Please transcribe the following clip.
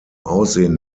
aussehen